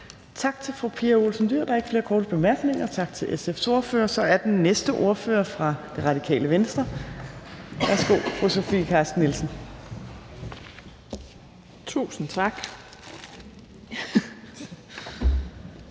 Tak til fru Pia Olsen Dyhr. Der er ikke flere korte bemærkninger til SF's ordfører. Den næste ordfører er fra Det Radikale Venstre. Værsgo, fru Sofie Carsten Nielsen. Kl.